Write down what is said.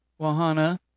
Wahana